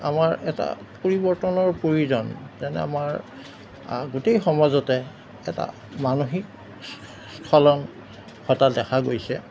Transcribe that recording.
আমাৰ এটা পৰিৱৰ্তনৰ প্ৰয়োজন যেনে আমাৰ গোটেই সমাজতে এটা মানসিক স্খলন ঘটা দেখা গৈছে